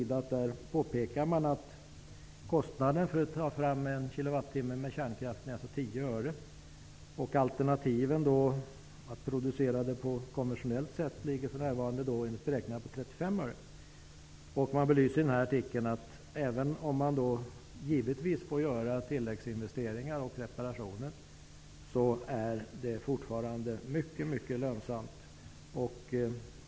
Där påpekar man att kostnaden för att få fram 1 kWh med hjälp av kärnkraft är 10 öre och alternativet att producera på konventionellt sätt är beräknat till 35 öre. Man belyser i artikeln att även om det givetvis krävs tilläggsinvesteringar och reparationer är kärnkraften fortfarande mycket lönsam.